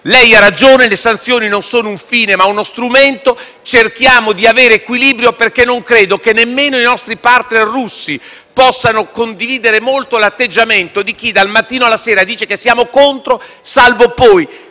lei ha ragione: le sanzioni sono non un fine, ma uno strumento. Cerchiamo di avere equilibrio, perché non credo che nemmeno i nostri *partner* russi possano condividere molto l'atteggiamento di chi cambia orientamento dal mattino alla sera, dicendo di essere contro, salvo poi